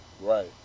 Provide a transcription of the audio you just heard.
Right